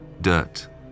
dirt